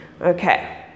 okay